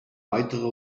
weitere